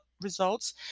results